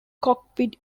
cockpit